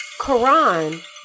Quran